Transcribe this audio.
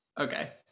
Okay